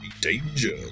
Danger